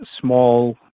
small